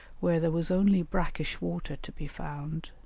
where there was only brackish water to be found,